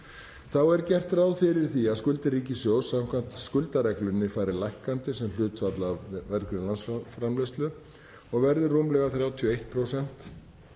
Þá er gert ráð fyrir því að skuldir ríkissjóðs samkvæmt skuldareglunni fari lækkandi sem hlutfall af vergri landsframleiðslu og verði rúmlega 31%